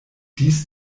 dies